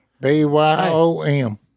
B-Y-O-M